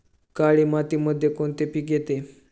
काळी मातीमध्ये कोणते पिके येते?